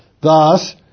Thus